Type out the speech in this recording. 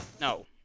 No